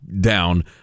down